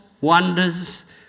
wonders